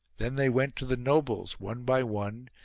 then they went to the nobles, one by one,